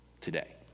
today